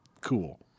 cool